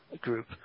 group